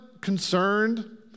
concerned